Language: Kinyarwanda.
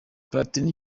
platini